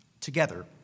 together